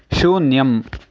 शून्यम्